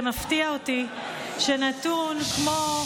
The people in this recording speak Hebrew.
זה מפתיע אותי שנתון כמו,